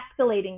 escalating